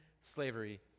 slavery